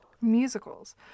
musicals